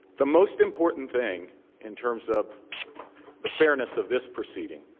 the most important thing in terms of the fairness of this proceeding